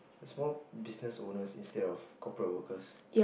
small business owners instead of corporate workers